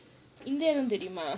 இந்த இடம் தெரியுமா:indha idam theriyumaa